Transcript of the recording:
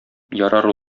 ярар